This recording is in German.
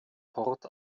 port